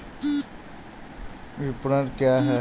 विपणन क्या है?